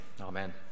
amen